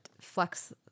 flex